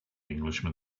englishman